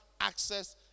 access